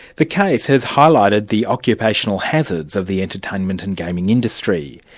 the case has highlighted the occupational hazards of the entertainment and gaming industry.